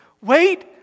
wait